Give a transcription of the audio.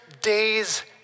days